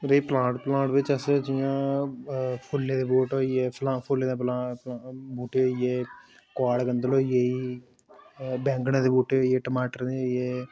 ओह्दे ई plot plot बिच अस जि'यां फु'ल्ले दे बूह्टे होइये फु'ल्लें दा प्लांट बूह्टे होइये कबाड़ गधंल होई गेई बैंगनें दे बूह्टे होइये टमाटरें दे होइये